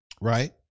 Right